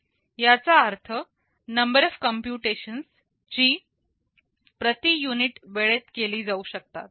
याचा अर्थ number of computations G प्रति युनिट वेळेत केली जाऊ शकतात